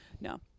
No